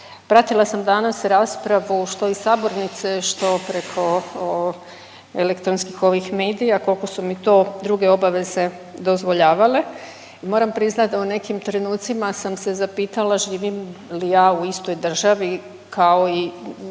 Pratila sam danas raspravu što iz sabornice, što preko elektronskih ovih medija kolko su mi to druge obaveze dozvoljavale i moram priznat da u nekim trenucima sam se zapitala, živim li ja u istoj državi kao i